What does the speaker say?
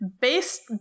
Based